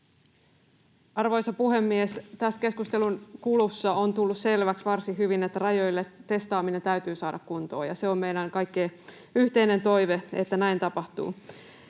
Arvoisa puhemies! Tässä keskustelun kuluessa on tullut varsin hyvin selväksi, että rajoilla testaaminen täytyy saada kuntoon, ja se on meidän kaikkien yhteinen toive, että näin tapahtuu.